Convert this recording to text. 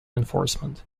enforcement